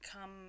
come